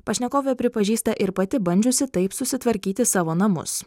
pašnekovė pripažįsta ir pati bandžiusi taip susitvarkyti savo namus